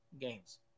Games